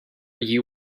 you